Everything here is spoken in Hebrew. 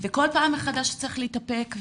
וכל פעם מחדש צריך להתאפק,